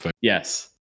Yes